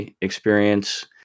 experience